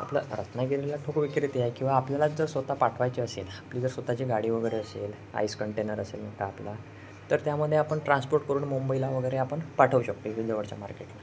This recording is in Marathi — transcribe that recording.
आपलं रत्नागिरीला ठोक विक्रेते आहे किंवा आपल्याला जर स्वतः पाठवायची असेल आपली जर स्वतःची गाडी वगैरे असेल आईस कंटेनर असेल म्हणता आपल्या तर त्यामध्ये आपण ट्रान्सपोर्ट करून मुंबईला वगैरे आपण पाठवू शकतो जवळच्या मार्केटला